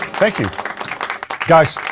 thank you guys.